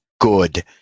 good